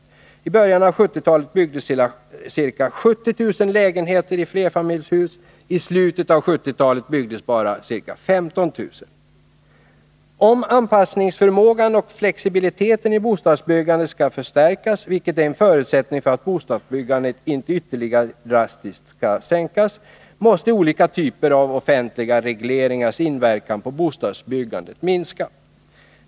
I början av 1970-talet byggdes ca 70 000 lägenheter i flerfamiljshus. I slutet av 1970-talet byggdes bara ca 15 000. Om anpassningsförmågan och flexibiliteten i bostadsbyggandet skall förstärkas — vilket är en förutsättning för att bostadsbyggandet inte ytterligare skall sänkas drastiskt — måste olika typer av offentliga regleringars inverkan på bostadsbyggandet minskas.